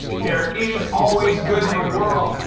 there is always good in the world.